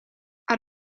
out